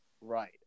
right